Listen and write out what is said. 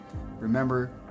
Remember